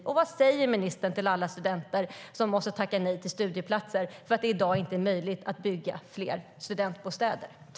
Och vad säger ministern till alla studenter som måste tacka nej till studieplatser för att det i dag inte är möjligt att bygga fler studentbostäder?